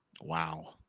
Wow